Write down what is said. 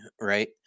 Right